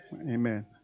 Amen